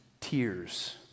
tears